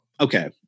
Okay